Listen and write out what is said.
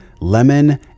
lemon